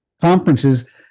conferences